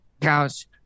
couch